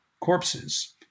corpses